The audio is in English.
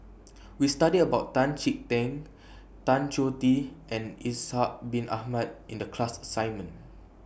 We studied about Tan Chee Teck Tan Choh Tee and Ishak Bin Ahmad in The class assignment